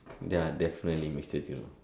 ya definitely mister Thiru